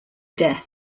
death